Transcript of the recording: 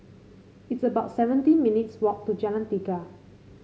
it's about seventeen minutes' walk to Jalan Tiga